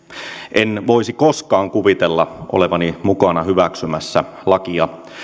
en voisi koskaan kuvitella olevani mukana hyväksymässä lakia